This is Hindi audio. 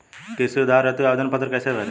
कृषि उधार हेतु आवेदन पत्र कैसे भरें?